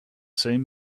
same